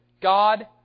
God